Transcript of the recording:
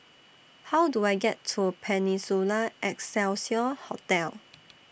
How Do I get to Peninsula Excelsior Hotel